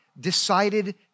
decided